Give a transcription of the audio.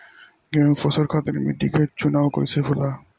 गेंहू फसल खातिर मिट्टी के चुनाव कईसे होला?